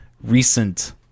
recent